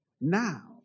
Now